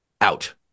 out